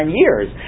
years